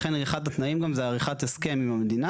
לכן אחד התנאים גם זה עריכת הסכם עם המדינה,